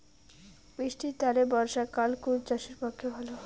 বৃষ্টির তানে বর্ষাকাল কুন চাষের পক্ষে ভালো?